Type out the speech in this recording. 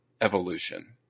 evolution